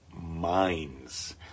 minds